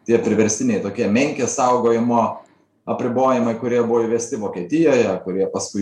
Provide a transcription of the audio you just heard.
tie priverstiniai tokie menkės saugojimo apribojimai kurie buvo įvesti vokietijoje kurie paskui